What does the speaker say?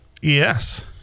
Yes